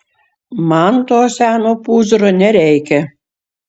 man to seno pūzro nereikia